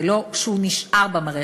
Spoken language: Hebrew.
זה לא שהוא נשאר במערכת,